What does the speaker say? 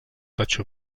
totxo